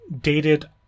dated